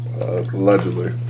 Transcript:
Allegedly